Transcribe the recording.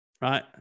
Right